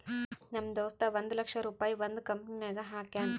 ನಮ್ ದೋಸ್ತ ಒಂದ್ ಲಕ್ಷ ರುಪಾಯಿ ಒಂದ್ ಕಂಪನಿನಾಗ್ ಹಾಕ್ಯಾನ್